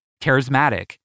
charismatic